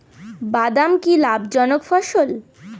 বাদাম কি লাভ জনক ফসল?